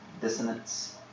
dissonance